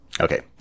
Okay